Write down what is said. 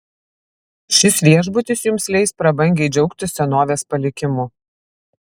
šis viešbutis jums leis prabangiai džiaugtis senovės palikimu